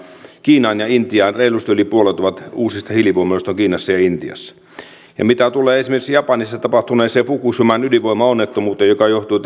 kiinaan ja intiaan reilusti yli puolet ovat uusista hiilivoimaloista kiinassa ja intiassa ja mitä tulee esimerkiksi japanissa tapahtuneeseen fukushiman ydinvoimalaonnettomuuteen joka johtui